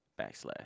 Backslash